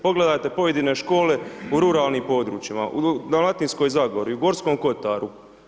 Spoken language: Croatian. Pogledajte pojedine škole u ruralnim područjima, u Dalmatinskoj zagori i u Gorskom Kotaru.